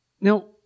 Now